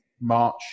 March